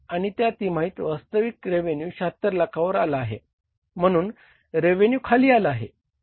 आणि या तिमाहीत वास्तविक रेवेन्यू 76 लाखांवर आला आहे म्हणून रेवेन्यू खाली आला आहे